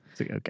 Okay